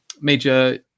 major